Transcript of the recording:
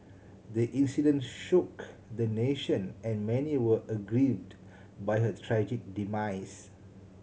the incident shook the nation and many were aggrieved by her tragic demise